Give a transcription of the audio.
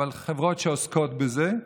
אבל יש חברות שעוסקות בזה,